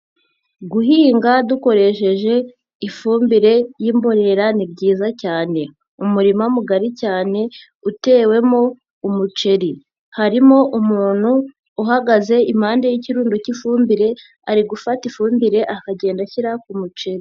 Guhinga dukoresheje ifumbire y'imborera ni byiza cyane, umurima mugari cyane utewemo umuceri harimo umuntu uhagaze impande y'ikirundo k'ifumbire, ari gufata ifumbire akagenda ashyira ku muceri.